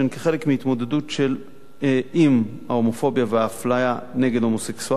כחלק מההתמודדות עם ההומופוביה והאפליה נגד הומוסקסואלים.